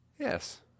Yes